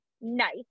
nice